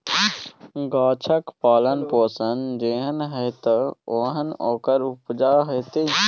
गाछक पालन पोषण जेहन हेतै ओहने ओकर उपजा हेतै